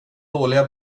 dåliga